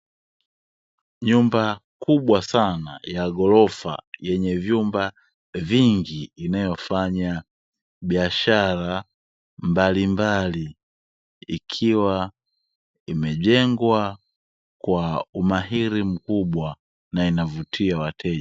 Nyumba kubwa sana ya ghorofa yenye vyumba vingi inayofanya biashara mbalimbali ikiwa imejengwa kwa umahiri mkubwa na inavutia wateja.